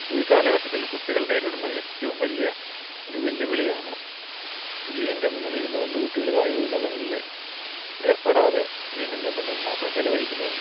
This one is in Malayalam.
ഈ കാലഘട്ടത്തിൽ കുട്ടികൾ നേരിടുന്ന ഏറ്റവും വലിയ ഒരു വെല്ലുവിളിയാണ് സ്ക്രീനിൻ്റെ മുന്നിലിരുന്ന് കൊണ്ട് കുട്ടികള് കായിക വിനോദങ്ങള്ല് ഏർപ്പെടാതെ സ്ക്രീനിൻ്റെ മുന്നിൽ മാത്രം ചിലവഴിക്കുന്നത്